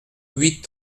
huit